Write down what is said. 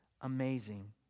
Amazing